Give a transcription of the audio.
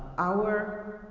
our,